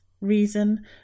reason